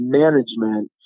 management